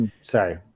Sorry